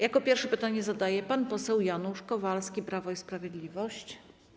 Jako pierwszy pytanie zadaje pan poseł Janusz Kowalski, Prawo i Sprawiedliwość.